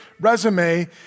resume